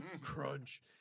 crunch